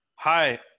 Hi